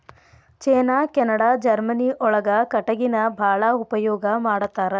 ಚೇನಾ Canada Germany ಒಳಗ ಕಟಗಿನ ಬಾಳ ಉಪಯೋಗಾ ಮಾಡತಾರ